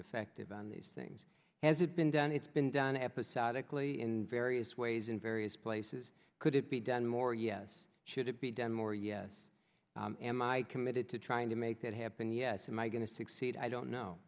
effective on these things has it been done it's been done episodically in various ways in various places could it be done more yes should it be done more yes am i committed to trying to make that happen yes am i going to succeed i don't know